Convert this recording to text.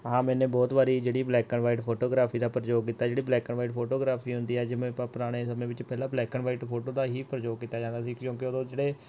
ਹਾਂ ਮੈਂ ਬਹੁਤ ਵਾਰੀ ਜਿਹੜੀ ਬਲੈਕ ਐਂਡ ਵਾਈਟ ਫੋਟੋਗ੍ਰਾਫੀ ਦਾ ਪ੍ਰਯੋਗ ਕੀਤਾ ਜਿਹੜੀ ਬਲੈਕ ਐਂਡ ਵਾਈਟ ਫੋਟੋਗ੍ਰਾਫੀ ਹੁੰਦੀ ਹੈ ਜਿਵੇਂ ਆਪਾਂ ਪੁਰਾਣੇ ਸਮੇਂ ਵਿੱਚ ਪਹਿਲਾਂ ਬਲੈਕ ਐਂਡ ਵਾਈਟ ਫੋਟੋ ਦਾ ਹੀ ਪ੍ਰਯੋਗ ਕੀਤਾ ਜਾਂਦਾ ਸੀ ਕਿਉਂਕਿ ਉਦੋਂ ਜਿਹੜੇ